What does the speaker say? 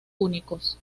únicos